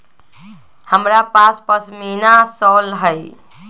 हमरा पास पशमीना शॉल हई